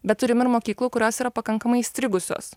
bet turim ir mokyklų kurios yra pakankamai įstrigusios